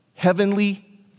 Heavenly